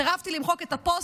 סירבתי למחוק את הפוסט.